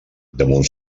damunt